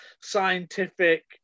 scientific